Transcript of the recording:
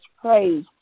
praise